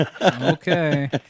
okay